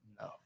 no